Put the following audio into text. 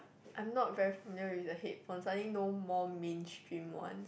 I'm not very familiar with the headphones I only know more mainstream ones